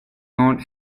non